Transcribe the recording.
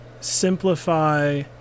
simplify